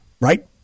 right